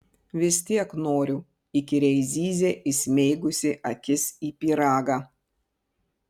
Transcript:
vis tiek noriu įkyriai zyzė įsmeigusi akis į pyragą